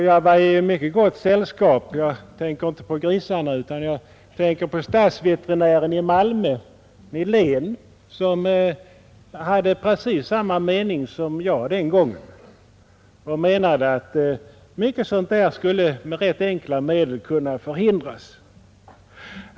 Jag var i mycket gott sällskap den gången; jag tänker inte på grisarna utan på stadsveterinären i Malmö, Niléhn, som var av precis samma mening som jag. Han ansåg att sådant var plågsamt för djuren och med rätt enkla medel skulle kunna förhindras.